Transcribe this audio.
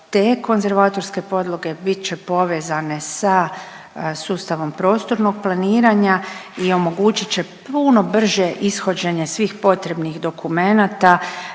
te konzervatorske podloge bit će povezane sa sustavom prostornog planiranja i omogućit će puno brže ishođenje svih potrebnih dokumenata